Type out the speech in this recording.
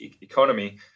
economy